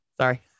Sorry